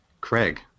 Craig